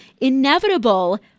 Inevitable